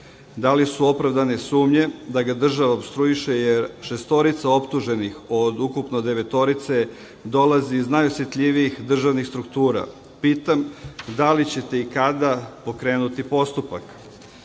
Da li su opravdane sumnje da ga država opstruiše jer šestorica optuženih od ukupno devetorice dolazi iz najosetljivijih državnih struktura. Pitam – da li ćete i kada pokrenuti postupak? Za